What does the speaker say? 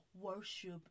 worship